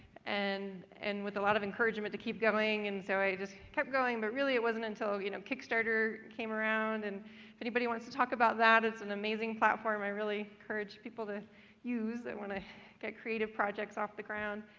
and and with a lot of encouragement to keep going, and so i just kept going. but really it wasn't until you know kickstarter came around. and if anybody wants to talk about that, it's an amazing platform, i really encourage people to use that want to get creative projects off the ground.